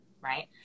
right